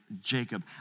Jacob